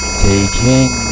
taking